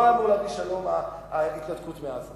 ההתנתקות מעזה